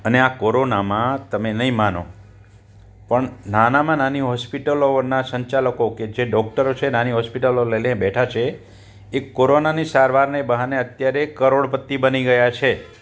અને આ કોરોનામાં તમે નહીં માનો પણ નાનામાં નાની હોસ્પિટલોના સંચાલકો કે જે ડોક્ટરો છે નાની હોસ્પિટલો લઈને બેઠા છે એ કોરોનાની સારવારને બહાને અત્યારે કરોડપતિ બની ગઈ છે